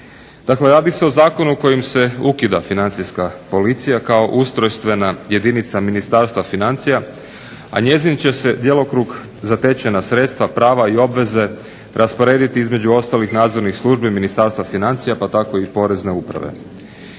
Dakle radi se o zakonu kojim se ukida Financijska policija kao ustrojstvena jedinica Ministarstva financija, a njezin će se djelokrug, zatečena sredstva, prava i obveze rasporediti između ostalih nadzornih službi Ministarstva financija pa tako i Porezne uprave.